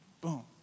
boom